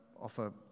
offer